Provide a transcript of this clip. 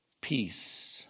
Peace